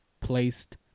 placed